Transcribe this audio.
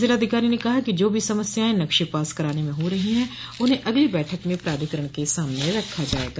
जिलाधिकारी ने कहा कि जो भी समस्यायें नक्शे पास कराने में हो रही हैं उन्हें अगली बैठक में प्राधिकरण के सामने रखा जाएगा